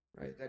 Right